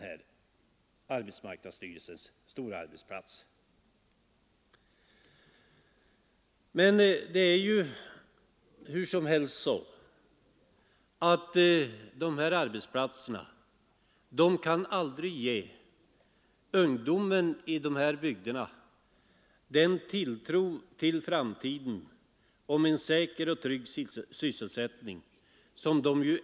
Hur som helst kan dessa arbetsplatser aldrig ge ungdomen i bygderna tron på en säker och trygg sysselsättning i framtiden.